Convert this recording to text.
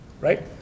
Right